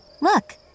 Look